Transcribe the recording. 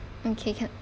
okay can